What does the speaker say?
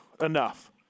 Enough